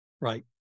Right